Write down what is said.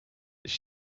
does